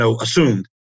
assumed